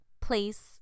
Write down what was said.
place